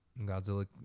godzilla